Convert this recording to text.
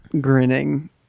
grinning